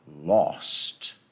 lost